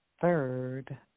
third